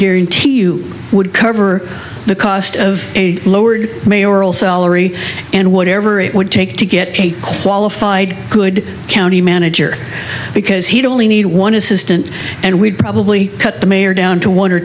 guarantee you would cover the cost of a lowered mayoral celery and whatever it would take to get a qualified good county manager because he'd only need one assistant and we'd probably cut the mayor down to one or